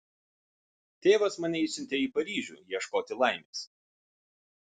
tėvas mane išsiuntė į paryžių ieškoti laimės